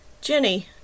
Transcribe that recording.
Jenny